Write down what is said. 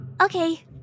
Okay